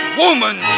woman